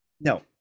No